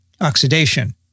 oxidation